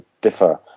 differ